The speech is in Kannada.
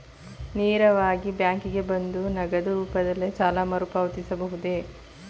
ನೇರವಾಗಿ ಬ್ಯಾಂಕಿಗೆ ಬಂದು ನಗದು ರೂಪದಲ್ಲೇ ಸಾಲ ಮರುಪಾವತಿಸಬಹುದೇ?